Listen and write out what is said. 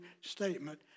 statement